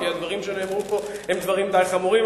כי הדברים שנאמרו פה הם דברים די חמורים.